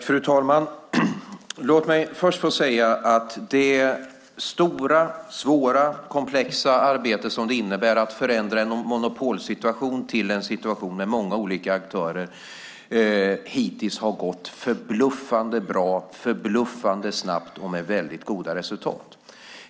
Fru talman! Låt mig först säga att det stora, svåra och komplexa arbete som det innebär att förändra en monopolsituation till en situation med många olika aktörer hittills har gått förbluffande bra, förbluffande snabbt och haft väldigt goda resultat.